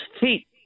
feet